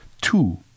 Two